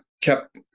Kept